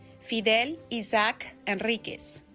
fidel isaac henriquez